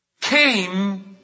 came